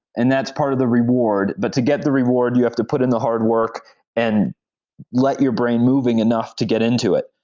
and that's part of the reward. but to get the reward, you have to put in the hard work and let your brain moving enough to get into it,